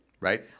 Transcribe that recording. right